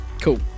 Cool